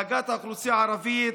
הנהגת האוכלוסייה הערבית,